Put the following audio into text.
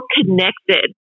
connected